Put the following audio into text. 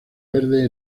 verde